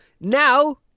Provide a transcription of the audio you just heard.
Now